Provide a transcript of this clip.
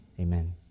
Amen